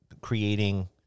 creating